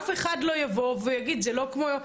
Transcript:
אף אחד לא יבוא ויגיד, זה לא קורה.